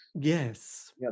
Yes